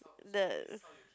the